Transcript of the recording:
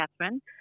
Catherine